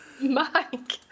Mike